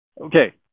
okay